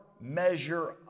measure